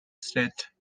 state